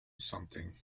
something